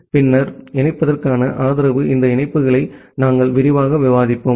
பின்னர் இணைப்பதற்கான ஆதரவு இந்த இணைப்புகளை நாங்கள் விரிவாக விவாதிப்போம்